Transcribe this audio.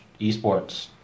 esports